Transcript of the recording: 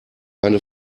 eine